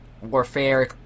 warfare